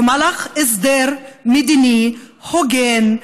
במהלך הסדר מדיני הוגן,